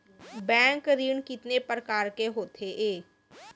Bank ऋण कितने परकार के होथे ए?